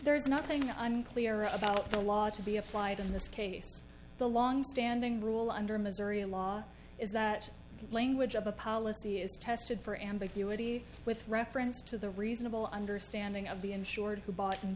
there's nothing i'm clear about the law to be applied in this case the longstanding rule under missouri law is that the language of a policy is tested for ambiguity with reference to the reasonable understanding of the insured who bought and